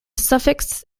suffix